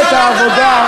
אנחנו התנגדנו.